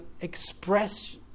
express